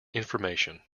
information